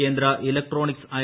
കേന്ദ്ര electronics I